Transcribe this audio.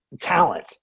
talent